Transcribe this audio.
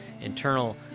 internal